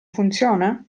funziona